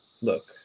look